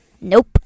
Nope